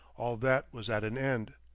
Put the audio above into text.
all that was at an end.